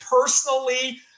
personally